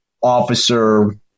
Officer